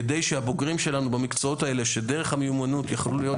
כדי שהבוגרים שלנו במקצועות האלה דרך המיומנות יכול להיות